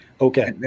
Okay